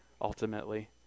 ultimately